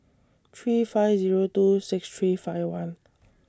three five Zero two six three five one